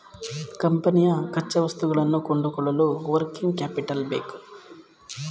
ಕಂಪನಿಯ ಕಚ್ಚಾವಸ್ತುಗಳನ್ನು ಕೊಂಡುಕೊಳ್ಳಲು ವರ್ಕಿಂಗ್ ಕ್ಯಾಪಿಟಲ್ ಬೇಕು